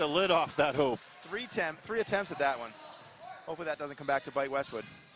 the lid off that hole three ten three attempts at that one over that doesn't come back to bite westwood